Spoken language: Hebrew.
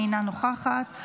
אינה נוכחת,